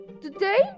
Today